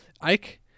Ike